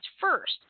first